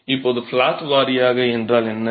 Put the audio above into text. இப்போது ஃப்ளாட் வாரியாக என்றால் என்ன